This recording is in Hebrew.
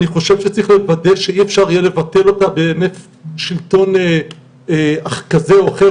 אני חושב שצריך לוודא שאי אפשר יהיה לבטל אותה בהינף שלטון כזה או אחר,